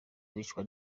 bicwa